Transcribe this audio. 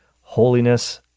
Holiness